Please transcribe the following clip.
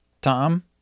Tom